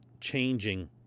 changing